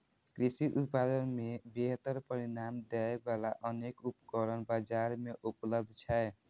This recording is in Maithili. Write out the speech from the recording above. कृषि उत्पादन मे बेहतर परिणाम दै बला अनेक उपकरण बाजार मे उपलब्ध छै